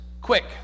Quick